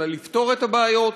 אלא לפתור את הבעיות,